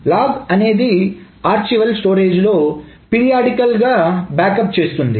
log అనేది archival storage లో periodical గా బ్యాకప్ చేస్తుంది